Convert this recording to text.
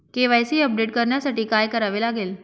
KYC update करण्यासाठी काय करावे लागेल?